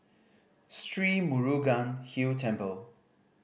Sri Murugan Hill Temple